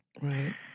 Right